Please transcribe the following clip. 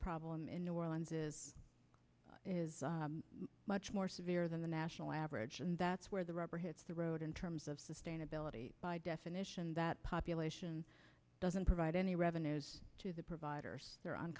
problem in new orleans is much more severe than the national average and that's where the rubber hits the road in terms of sustainability by definition that population doesn't provide any revenues to the providers the